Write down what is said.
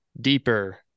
deeper